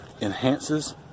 enhances